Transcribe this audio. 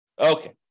Okay